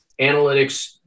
analytics